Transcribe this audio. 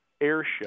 airship